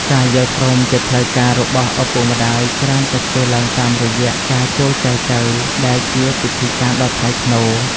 ការយល់ព្រមជាផ្លូវការរបស់ឪពុកម្ដាយច្រើនតែធ្វើឡើងតាមរយៈ "ការចូលចែចូវ" ដែលជាពិធីការដ៏ថ្លៃថ្នូរ។